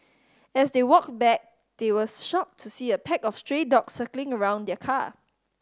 as they walked back they were shocked to see a pack of stray dogs circling around the car